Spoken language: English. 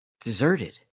deserted